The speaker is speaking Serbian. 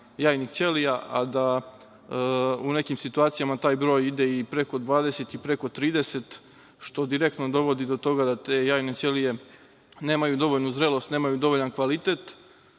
a da u nekim situacijama taj broj ide i do preko 20, preko 30, što direktno dovodi do toga da te jajne ćelije nemaju dovoljno zrelosti, nemaju dovoljan kvalitet.